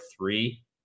three